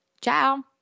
Ciao